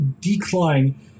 decline